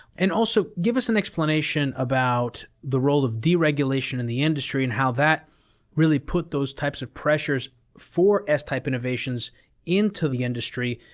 and also, give us an explanation about the role of deregulation in the industry, and how that really put those types of pressures for ah s-type innovations into the industry,